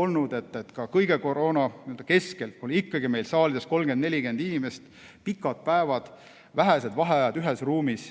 olnud, et ka koroonalaine keskel oli meil saalides 30 kuni 40 inimest. Pikad päevad, vähesed vaheajad ühes ruumis.